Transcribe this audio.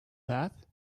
that